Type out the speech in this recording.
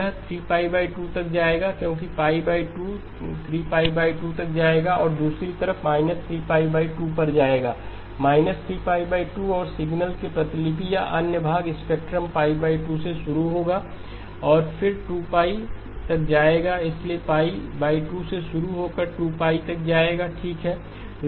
यह 3π 2 तक जाएगा क्योंकि 2 3 2 तक जाएगा और दूसरी तरफ 3 2 पर जाएगा −3 2 और सिग्नल की प्रतिलिपि या अन्य भाग स्पेक्ट्रम π 2 से शुरू होगा और फिर 2 तक जाएगा इसलिए 2 से शुरू होकर 2 π तक जाएगा ठीक है